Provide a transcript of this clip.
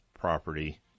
property